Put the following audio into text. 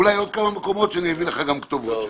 אולי עוד כמה מקומות שאני אביא לך גם כתובות שלהם.